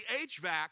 HVAC